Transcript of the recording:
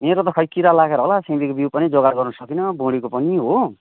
मेरो त खोइ किरा लागेर होला सिमीको बिउ पनि जोगाड गर्नु सकिन बोडीको पनि हो